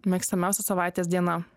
mėgstamiausia savaitės diena